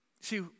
See